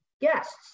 guests